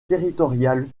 territoriale